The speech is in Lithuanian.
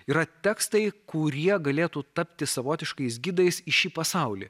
yra tekstai kurie galėtų tapti savotiškais gidais į šį pasaulį